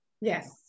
Yes